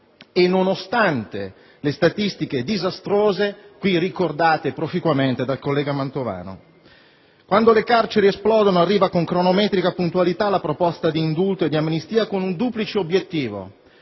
e nonostante le statistiche disastrose, qui ricordate proficuamente dal collega Mantovano. Quando le carceri esplodono, arriva con cronometrica puntualità la proposta di indulto ed amnistia, con un duplice obiettivo: